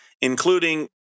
including